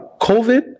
covid